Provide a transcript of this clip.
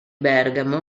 bergamo